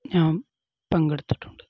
ഞാൻ പങ്കെടുത്തിട്ടുണ്ട്